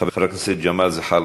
חבר הכנסת ג'מאל זחאלקה,